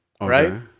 right